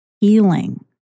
healing